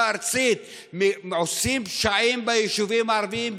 ארצית עושים פשעים ביישובים הערביים,